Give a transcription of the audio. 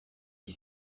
qui